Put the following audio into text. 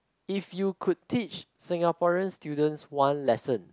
if you could teach Singaporean students one lesson